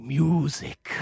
music